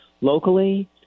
Locally